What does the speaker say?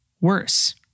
worse